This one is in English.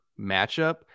matchup